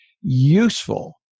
useful